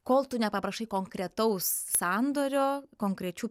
kol tu nepaprašai konkretaus sandorio konkrečių